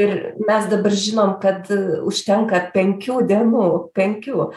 ir mes dabar žinom kad užtenka penkių dienų penkių